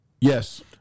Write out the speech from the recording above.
yes